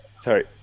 Sorry